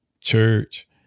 church